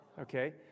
okay